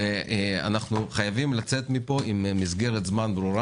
אנחנו חייבים לצאת מפה עם מסגרת זמן ברורה,